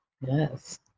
Yes